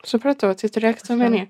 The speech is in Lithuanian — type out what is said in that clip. supratau tai turėkit omenyje